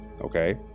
okay